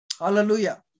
Hallelujah